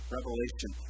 Revelation